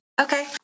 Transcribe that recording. Okay